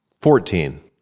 Fourteen